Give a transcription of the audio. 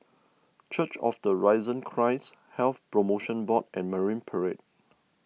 Church of the Risen Christ Health Promotion Board and Marine Parade